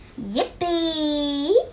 Yippee